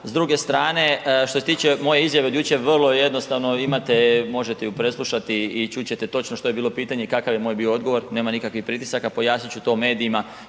S druge strane, što se tiče moje izjave od jučer vrlo je jednostavno, možete ju preslušati i čut ćete točno što je bilo pitanje i kakav je moj bio odgovor. Nema nikakvih pritisaka, pojasnit ću to medijima